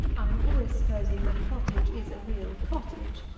i am always supposing that the cottage is a real cottage,